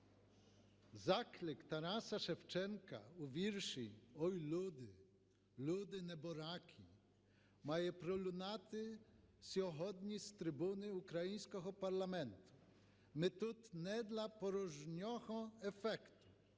Заклик Тараса Шевченка у вірші "Ой, люди! Люди небораки!" має пролунати сьогодні з трибуни українського парламенту. Ми тут не для порожнього ефекту,